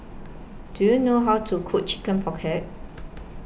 Do YOU know How to Cook Chicken Pocket